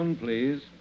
Please